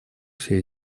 все